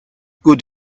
good